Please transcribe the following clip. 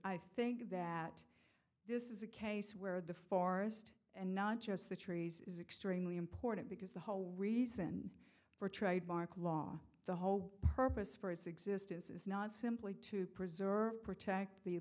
i think that this is a case where the forest and not just the trees is extremely important because the whole reason for trademark law the whole purpose for its existence is not simply to preserve protect the